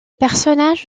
personnages